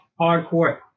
hardcore